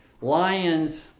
lions